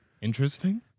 Interesting